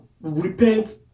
repent